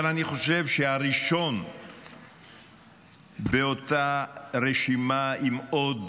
אבל אני חושב שהראשון באותה רשימה עם עוד